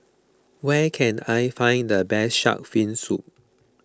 where can I find the best Shark's Fin Soup